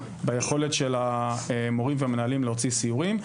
ביכולת של המורים והמנהלים להוציא סיורים.